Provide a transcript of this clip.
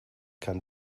kann